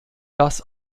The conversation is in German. das